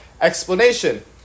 explanation